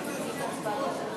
הכול בסדר?